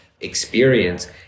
experience